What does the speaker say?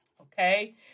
okay